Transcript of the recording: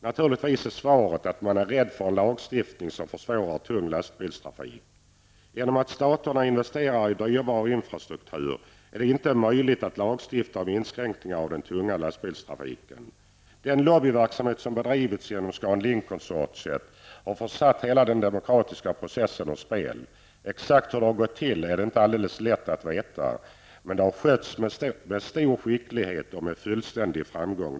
Naturligtvis är svaret att man är rädd för en lagstiftning som försvårar tung lastbilstrafik. Genom att staterna investerar i dyrbar infrastruktur är det inte möjligt att lagstifta om inskränkningar av den tunga lastbilstrafiken. Den lobbyverksamhet som har bedrivits genom Scan Link-konsortiet har satt hela den demokratiska processen ur spel. Exakt hur det har gått till är inte alldeles lätt att veta. Men det hela har skötts med stor skicklighet och med fullständig framgång.